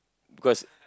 because